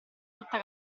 tutta